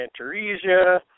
Antaresia